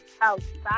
outside